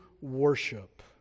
worship